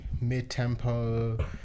mid-tempo